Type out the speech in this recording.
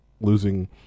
losing